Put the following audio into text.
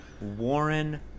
Warren